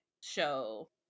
show